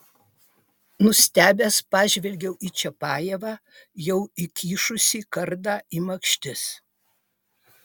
nustebęs pažvelgiau į čiapajevą jau įkišusį kardą į makštis